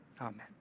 Amen